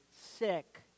sick